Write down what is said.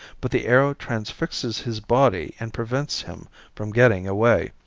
but the arrow transfixes his body and prevents him from getting away.